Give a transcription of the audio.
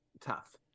tough